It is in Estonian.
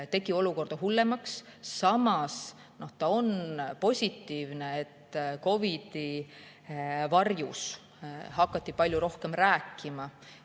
tegi olukorra hullemaks. Samas on positiivne, et COVID-i varjus hakati palju rohkem rääkima